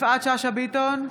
יפעת שאשא ביטון,